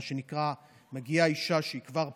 מה שנקרא, מגיעה אישה שהיא כבר פגועה,